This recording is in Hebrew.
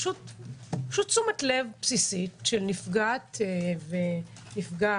פשוט תשומת לב בסיסית של נפגעת ונפגע,